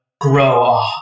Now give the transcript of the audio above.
grow